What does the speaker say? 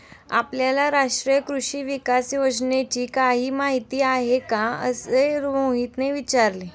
आपल्याला राष्ट्रीय कृषी विकास योजनेची काही माहिती आहे का असे मोहितने विचारले?